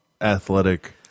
athletic